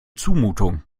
zumutung